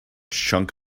chunk